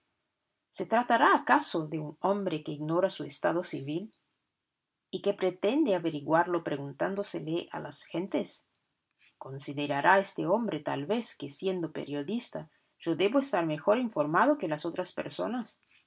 se tratará acaso de un hombre que ignora su estado civil y que pretende averiguarlo preguntándoselo a las gentes considerará este hombre tal vez que siendo periodista yo debo estar mejor informado que las otras personas